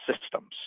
systems